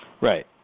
Right